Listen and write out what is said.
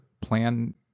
plan